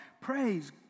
Praise